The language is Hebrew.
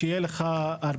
שיהיה לך בהצלחה.